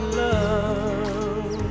love